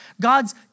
God's